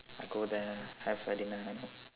I go there have a dinner and then